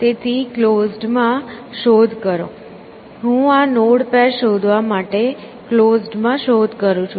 તેથી ક્લોઝડ માં શોધ કરો હું આ નોડ પેર શોધવા માટે ક્લોઝડ માં શોધ કરું છું